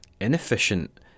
inefficient